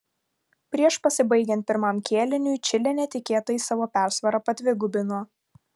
prieš pasibaigiant pirmam kėliniui čilė netikėtai savo persvarą padvigubino